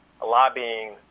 lobbying